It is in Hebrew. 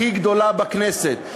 הכי גדולה בכנסת.